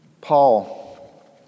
Paul